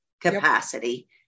capacity